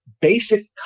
basic